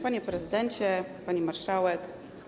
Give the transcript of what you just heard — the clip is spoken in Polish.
Panie Prezydencie! Pani Marszałek!